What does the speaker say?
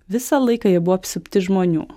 visą laiką jie buvo apsupti žmonių